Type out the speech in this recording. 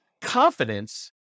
confidence